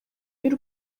y’u